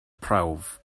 prawf